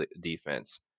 defense